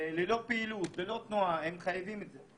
ללא פעילות ותנועה, הם חייבים את זה.